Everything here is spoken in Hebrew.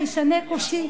הישנה כושי,